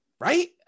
Right